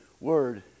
word